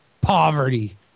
poverty